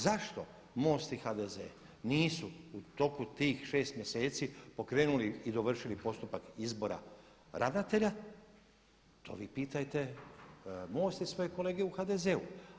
Zašto MOST i HDZ nisu u toku tih 6 mjeseci pokrenuli i dovršili postupak izbora ravnatelja to vi pitajte MOST i svoje kolege u HDZ-u.